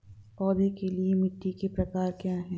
पौधों के लिए मिट्टी के प्रकार क्या हैं?